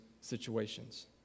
situations